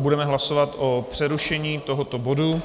Budeme hlasovat o přerušení tohoto bodu